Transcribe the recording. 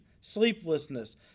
sleeplessness